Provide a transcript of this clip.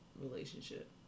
relationship